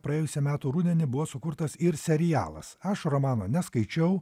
praėjusių metų rudenį buvo sukurtas ir serialas aš romano neskaičiau